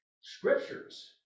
scriptures